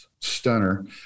stunner